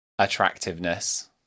Attractiveness